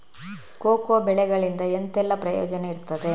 Cocoa ಬೆಳೆಗಳಿಂದ ಎಂತೆಲ್ಲ ಪ್ರಯೋಜನ ಇರ್ತದೆ?